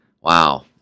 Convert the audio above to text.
Wow